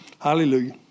Hallelujah